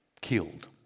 killed